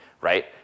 right